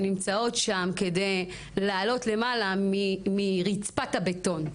שנמצאות שם כדי לעלות למעלה מרצפת הבטון.